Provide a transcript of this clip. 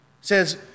says